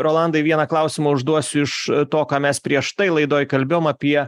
rolandai vieną klausimą užduosiu iš to ką mes prieš tai laidoj kalbėjom apie